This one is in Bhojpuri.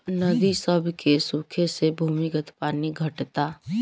नदी सभ के सुखे से भूमिगत पानी घटता